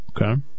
Okay